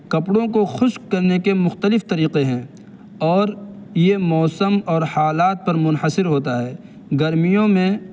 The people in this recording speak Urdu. کپڑوں کو خشک کرنے کے مختلف طریقے ہیں اور یہ موسم اور حالات پر منحصر ہوتا ہے گرمیوں میں